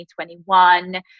2021